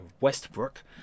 Westbrook